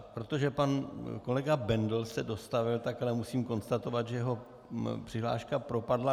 Protože pan kolega Bendl se dostavil, tak ale musím konstatovat, že jeho přihláška propadla.